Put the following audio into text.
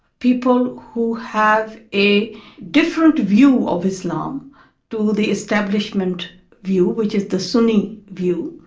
people who have a different view of islam to the establishment view, which is the sunni view.